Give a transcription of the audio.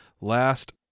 last